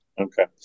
Okay